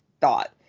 thought